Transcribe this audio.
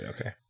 Okay